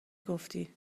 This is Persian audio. گفتی